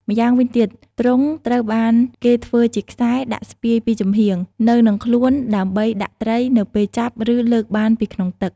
ម្យ៉ាងវិញទៀត ទ្រុងត្រូវបានគេធ្វើជាខ្សែ ដាក់ស្ពាយពីចំហៀង នៅនឹងខ្លួនដើម្បីដាក់ត្រី នៅពេលចាប់ ឬលើកបានពីក្នុងទឹក។